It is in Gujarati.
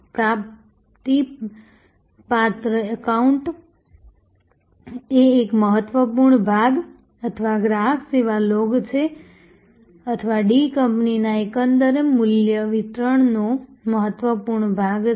પ્રાપ્તિપાત્ર એકાઉન્ટ્સ એ એક મહત્વપૂર્ણ ભાગ અથવા ગ્રાહક સેવા લોગ છે અથવા ડી કંપનીના એકંદર મૂલ્ય વિતરણનો મહત્વપૂર્ણ ભાગ છે